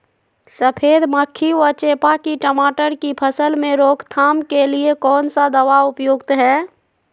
सफेद मक्खी व चेपा की टमाटर की फसल में रोकथाम के लिए कौन सा दवा उपयुक्त है?